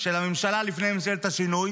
של הממשלה לפני ממשלת השינוי